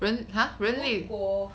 如果